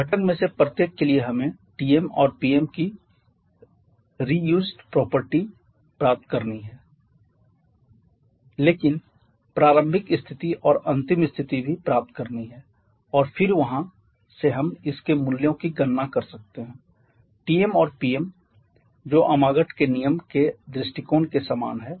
घटक में से प्रत्येक के लिए हमें Tm और Pm की रिड्यूज़्ड प्रॉपर्टी प्राप्त करनी है लेकिन प्रारंभिक स्थिति और अंतिम स्थिति भी प्राप्त करनी है और फिर वहां से हम इसके मूल्यों की गणना कर सकते हैं Tm और Pm जो अमागाट के नियम Amagat's के दृष्टिकोण के समान है